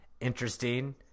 interesting